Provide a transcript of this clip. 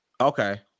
Okay